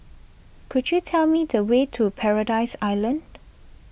could you tell me the way to Paradise Island